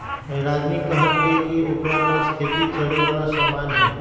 रागिनी कहलकई कि ओकरा पास खेती करे वाला समान हई